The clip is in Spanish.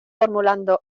formulando